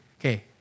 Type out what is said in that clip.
Okay